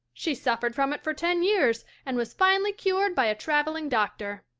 she suffered from it for ten years and was finally cured by a traveling doctor.